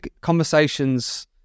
conversations